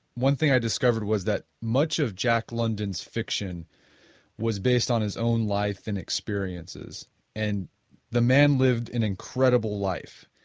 one thing i discovered was that much of jack london's fiction was based on his own life and experiences and the man lived an incredible life.